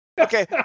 okay